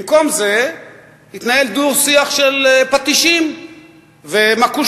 במקום זה התנהל דו-שיח של פטישים ומכושים.